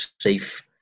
safe